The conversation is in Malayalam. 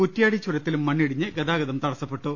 കുറ്റ്യാടി ചുരത്തിലും മണ്ണിടിഞ്ഞ് ഗതാഗതം തടസ്സപ്പെട്ടു